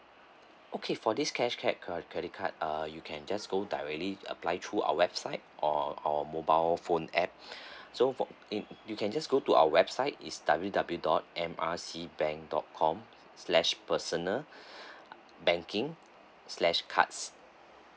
okay for this cashback credit card uh you can just go directly to apply through our website or on our mobile phone app so for in you can just go to our website is W W dot M R C bank dot com slash personal banking slash cards